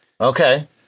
Okay